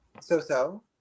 so-so